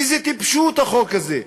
איזו טיפשות החוק הזה?